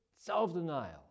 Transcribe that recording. self-denial